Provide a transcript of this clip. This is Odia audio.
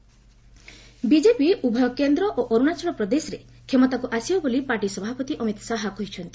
ଅରୁଣାଚଳ ନୋଟିଫକେଶନ ବିଜେପି ଉଭୟ କେନ୍ଦ୍ର ଓ ଅରୁଣାଚଳ ପ୍ରଦେଶରେ କ୍ଷମତାକୁ ଆସିବ ବୋଲି ପାର୍ଟି ସଭାପତି ଅମିତ ଶାହା କହିଛନ୍ତି